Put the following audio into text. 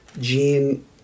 gene